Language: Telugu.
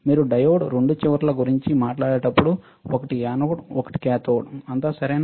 మీరు డయోడ్ రెండు చివరల గురించి మాట్లాడేటప్పుడు ఒకటి యానోడ్ ఒకటి కాథోడ్ అంతా సరేనా